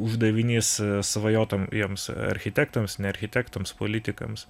uždavinys svajotojams architektams ne architektams politikams